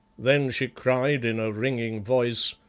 then she cried in a ringing voice,